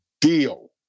deal